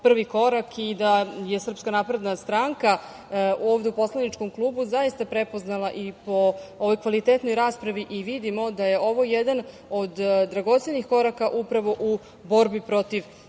prvi korak i da je SNS ovde u poslaničkog klubu zaista prepoznala i po ovoj kvalitetnoj raspravi i vidimo da je ovo jedan od dragocenih koraka upravo u borbi protiv